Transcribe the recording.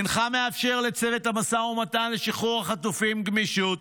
אינך מאפשר לצוות המשא ומתן לשחרור החטופים גמישות.